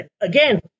again